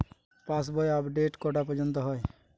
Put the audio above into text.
পাশ বই আপডেট কটা পর্যন্ত হয়?